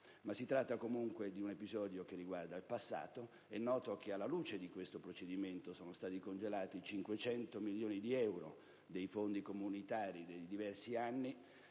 Si tratta, comunque, di un episodio che riguarda il passato. È noto che alla luce di questo procedimento sono stati congelati 500 milioni di euro dei fondi comunitari dei diversi anni